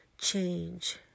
change